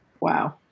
Wow